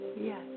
yes